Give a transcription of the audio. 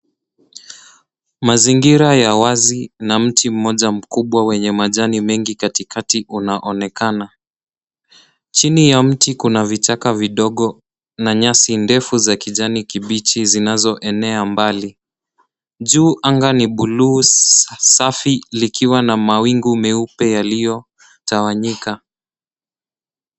Mazingira ya wazi na mti mmoja mkubwa wenye majani mengi katikati unaonekana. Chini ya mti kuna vichaka vidogo na nyasi ndefu za kijani kibichi zinazoenea mbali. Juu anga ni buluu, safi likiwa na mawingu meupe yaliyotawanyika.